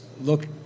look